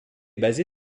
basé